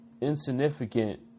insignificant